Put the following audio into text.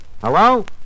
Hello